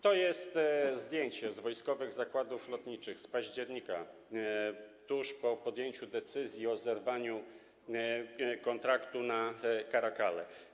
To jest zdjęcie z Wojskowych Zakładów Lotniczych z października, tuż po podjęciu decyzji o zerwaniu kontraktu na caracale.